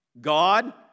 God